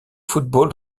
football